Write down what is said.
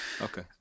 Okay